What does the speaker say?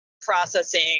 processing